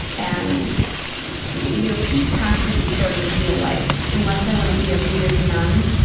and your peace has to be sort of real life. unless i want to be a buddhist nun,